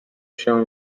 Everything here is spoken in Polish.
się